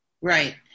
Right